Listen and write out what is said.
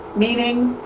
meaning,